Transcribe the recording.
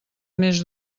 més